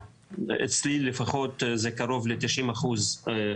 אצלי אחוז הגבייה הוא קרוב ל-90 אחוז.